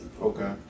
Okay